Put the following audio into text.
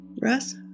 Russ